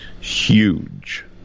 huge